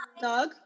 dog